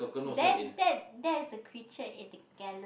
that that that is the creature in the Galax